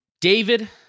David